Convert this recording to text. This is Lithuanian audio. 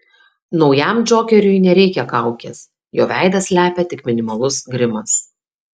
naujam džokeriui nereikia kaukės jo veidą slepia tik minimalus grimas